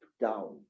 down